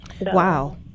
Wow